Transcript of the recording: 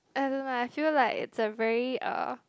I don't know I feel like it's a very uh